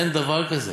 אין דבר כזה.